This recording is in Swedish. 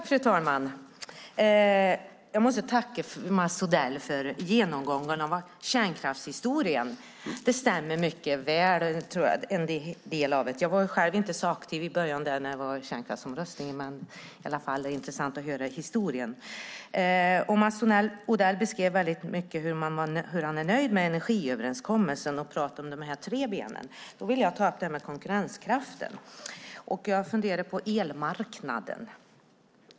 Fru talman! Jag måste tacka Mats Odell för genomgången av kärnkraftshistorien. En del av det stämmer mycket väl, tror jag. Jag var själv inte så aktiv i början när det var kärnkraftsomröstning, men det är i alla fall intressant att höra historien. Mats Odell beskrev hur nöjd han var med energiöverenskommelsen och pratade om de tre benen. Då vill jag ta upp det här med konkurrenskraften. Jag funderar på elmarknaden.